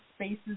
spaces